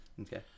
Okay